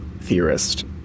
theorist